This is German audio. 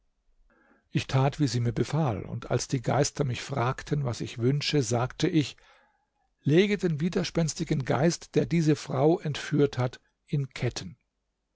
ich tat wie sie mir befahl und als die geister mich fragten was ich wünsche sagte ich leget den widerspenstigen geist der diese frau entführt hat in ketten